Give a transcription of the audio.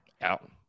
out